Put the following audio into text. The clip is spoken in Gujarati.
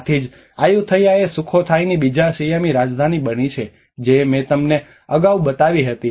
આથી જ આયુથૈયા એ સુખોથાઇની બીજી સિયામી રાજધાની બની છે જે મેં તમને અગાઉ બતાવી હતી